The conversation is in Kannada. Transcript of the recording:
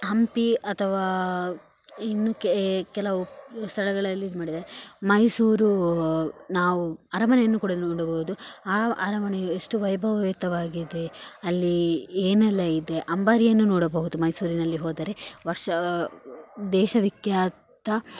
ಹಂಪಿ ಅಥವಾ ಇನ್ನು ಕೆಲವು ಸ್ಥಳಗಳಲ್ಲಿ ಇದು ಮಾಡಿದ್ದಾರೆ ಮೈಸೂರು ನಾವು ಅರಮನೆಯನ್ನು ಕೂಡ ನೋಡಬೌದು ಆ ಅರಮನೆಯು ಎಷ್ಟು ವೈಭವಯುತವಾಗಿದೆ ಅಲ್ಲಿ ಏನೆಲ್ಲ ಇದೆ ಅಂಬಾರಿಯನ್ನು ನೋಡಬಹುದು ಮೈಸೂರಿನಲ್ಲಿ ಹೋದರೆ ವರ್ಷ ದೇಶ ವಿಖ್ಯಾತ